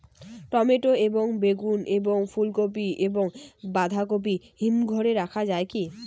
Tomato এবং বেগুন এবং ফুলকপি এবং বাঁধাকপি হিমঘরে রাখা যায় কি?